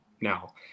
now